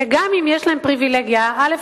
שאם יש להם פריווילגיה, א.